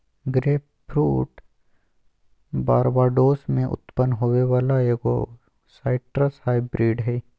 grapefruit Barbados में उत्पन्न होबो वला एगो साइट्रस हाइब्रिड हइ